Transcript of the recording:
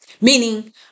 Meaning